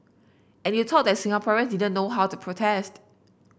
and you thought that Singaporean didn't know how to protest